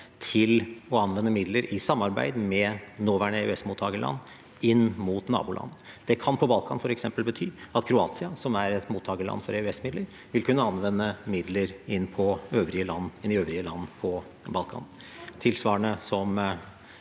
til å anvende midler i samarbeid med nåværende EØS-mottakerland inn mot naboland. Det kan på Balkan f.eks. bety at Kroatia, som er et mottakerland for EØSmidler, vil kunne anvende midler inn i øvrige land på Balkan